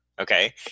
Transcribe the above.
Okay